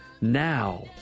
Now